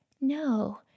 No